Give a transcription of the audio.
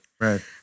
Right